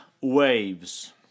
waves